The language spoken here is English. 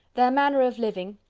their manner of living,